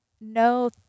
no